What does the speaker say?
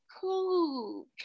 Cool